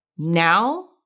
Now